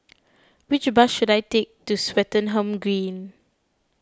which bus should I take to Swettenham Green